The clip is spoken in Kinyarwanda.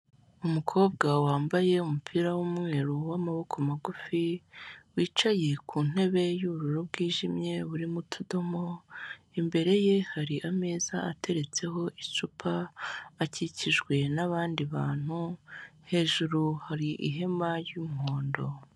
Umukobwa wambaye umupira w'umweru w'amaboko magufi, wicaye ku ntebe y'ubururu bwijimye burimo utudomo, imbere ye hari ameza ateretseho icupa, akikijwe n'abandi bantu, hejuru hari ihema y'umuhondo.